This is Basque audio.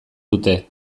dute